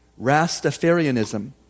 Rastafarianism